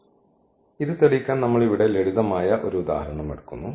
അതിനാൽ ഇത് തെളിയിക്കാൻ നമ്മൾ ഇവിടെ ലളിതമായ ഉദാഹരണം എടുത്തു